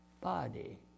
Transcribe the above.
body